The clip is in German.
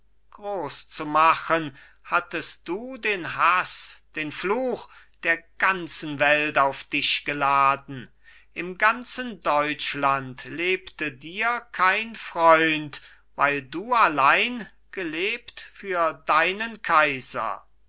groß zu machen hattest du den haß den fluch der ganzen welt auf dich geladen im ganzen deutschland lebte dir kein freund weil du allein gelebt für deinen kaiser